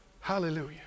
Hallelujah